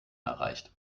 erreicht